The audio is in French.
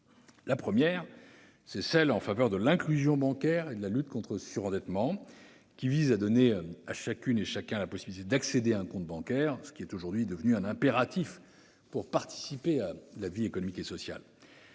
La première est celle qui est menée en faveur de l'inclusion bancaire et de la lutte contre le surendettement ; elle vise à donner à chacune et à chacun la possibilité d'accéder à un compte bancaire, ce qui est aujourd'hui devenu un impératif pour participer à la vie économique et sociale.